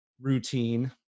routine